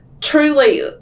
truly